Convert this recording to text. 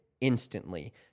instantly